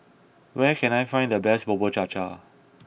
where can I find the best Bubur Cha Cha